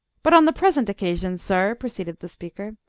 but, on the present occasion, sir, proceeded the speaker,